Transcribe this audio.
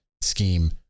scheme